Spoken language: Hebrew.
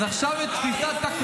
אז עכשיו את התפיסה,